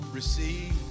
receive